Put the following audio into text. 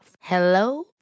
Hello